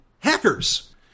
Hackers